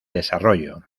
desarrollo